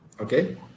okay